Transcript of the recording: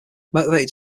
motivated